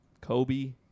Kobe